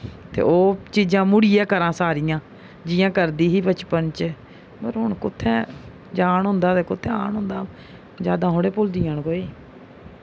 ते ओह् चीजां मुड़ियै करां सारियां जि'यां करदी ही बचपन च पर हून कुत्थै जान होंदा ते कुत्थै आन होंदा जादां थोह्ड़े भुलदियां न कोई